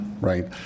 right